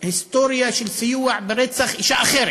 הייתה לו היסטוריה של סיוע ברצח אישה אחרת,